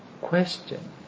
question